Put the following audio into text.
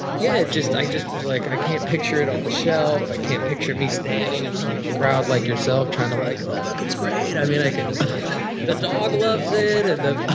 yeah, i just was like i can't picture it on the shelf i can't picture me standing in front of a crowd like yourself trying to like, oh, look it's great! i mean i can the dog loves it and the